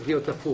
צריך להיות הפוך